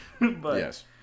Yes